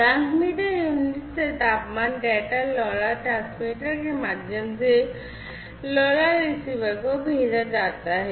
transmitter unit से तापमान data LoRa transmitter के माध्यम से LoRa रिसीवर को भेजा जाता है